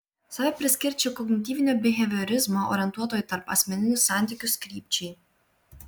save priskirčiau kognityvinio biheviorizmo orientuoto į tarpasmeninius santykius krypčiai